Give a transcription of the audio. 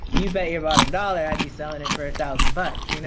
you bet your bottom dollar i'd be selling it for thousand bucks. you know